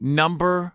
number